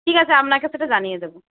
ঠিক আছে আপনাকে সেটা জানিয়ে দেব